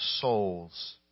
souls